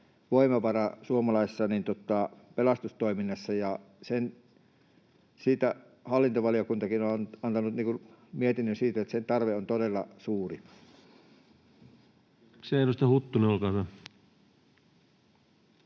voimavara suomalaisessa pelastustoiminnassa. Hallintovaliokuntakin on antanut mietinnön siitä, että sen tarve on todella suuri.